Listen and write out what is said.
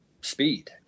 speed